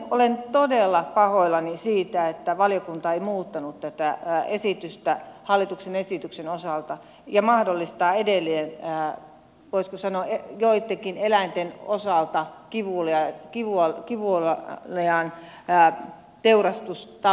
olen todella pahoillani siitä että valiokunta ei muuttanut tätä esitystä hallituksen esityksen osalta ja mahdollistaa edelleen voisiko sanoa joittenkin eläinten osalta kivuliaan teurastustavan